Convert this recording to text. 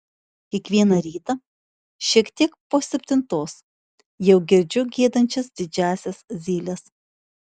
kiekvieną ryta šiek tiek po septintos jau girdžiu giedančias didžiąsias zyles